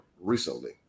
recently